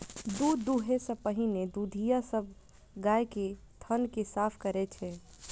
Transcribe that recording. दूध दुहै सं पहिने दुधिया सब गाय के थन कें साफ करै छै